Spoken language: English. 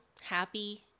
happy